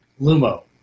Lumo